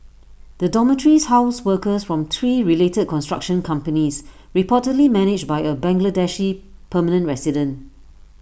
the dormitories housed workers from three related construction companies reportedly managed by A Bangladeshi permanent resident